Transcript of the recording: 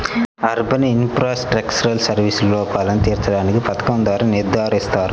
urban infrastructural సర్వీసెస్లో లోపాలను తీర్చడానికి పథకం ద్వారా నిర్ధారిస్తారు